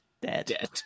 dead